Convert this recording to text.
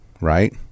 Right